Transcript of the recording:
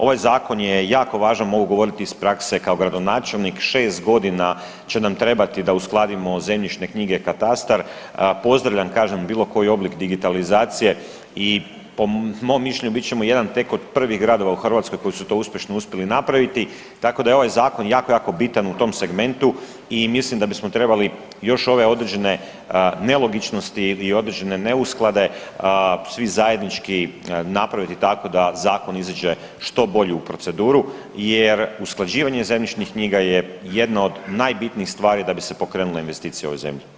Ovaj zakon je jako važan, mogu govoriti iz prakse kao gradonačelnik, 6.g. će nam trebati da uskladimo zemljišne knjige i katastar, pozdravljam kažem bilo koji oblik digitalizacije i po mom mišljenju bit ćemo jedan tek od prvih gradova u Hrvatskoj koji su to uspješno uspjeli napraviti, tako da je ovaj zakon jako, jako bitan u tom segmentu i mislim da bismo trebali još ove određene nelogičnosti i određene neusklade svi zajednički napraviti tako da zakon iziđe što bolji u proceduru jer usklađivanje zemljišnih knjiga je jedno od najbitnijih stvari da bi se pokrenule investicije u ovoj zemlji.